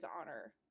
honor